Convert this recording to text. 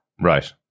Right